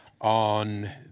on